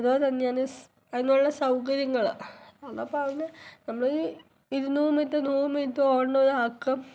അതുപോലെ തന്നെയാണ് അതിനുള്ള സൗകര്യങ്ങൾ എന്ന് പറയുന്നത് നമ്മളീ ഇരുനൂറ് മീറ്റർ നൂറ് മീറ്റർ ഓടേണ്ട ഒരാൾക്ക്